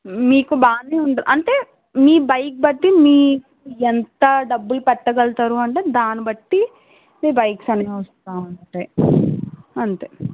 మీకు బానేవుండు అంటే మీ బైక్ బట్టి మీ ఎంత డబ్బులు పెట్టగల్తారు అంటే దాని బట్టి మీ బైక్స్ అన్నీ వస్తూ ఉంటాయి అంతే